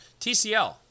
TCL